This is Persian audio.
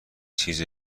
چیز